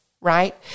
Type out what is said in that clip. Right